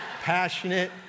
passionate